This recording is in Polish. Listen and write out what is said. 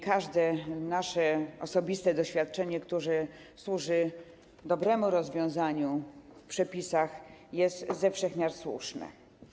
Każde nasze osobiste doświadczenie, które służy dobremu rozwiązaniu w przepisach, jest ze wszech miar słuszne.